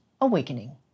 Awakening